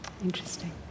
interesting